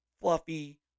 fluffy